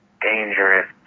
dangerous